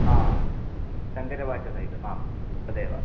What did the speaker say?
शङ्करभाष्यसहितम् आं तदेव